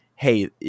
Hey